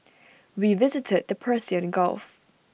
we visited the Persian gulf